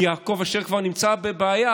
כי יעקב אשר כבר נמצא בבעיה,